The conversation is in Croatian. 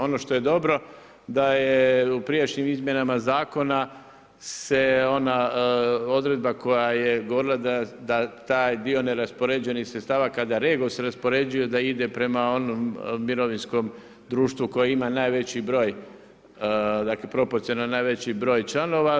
Ono što je dobro, da je u prijašnjim izmjenama zakona, se ona odredba koja je govorila da taj dio neraspoređenih sredstava, kada REGOS raspoređuje da ide prema onom mirovinskom društvu koji ima najveći broj dakle, proporcionalno najveći broj članova.